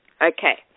Okay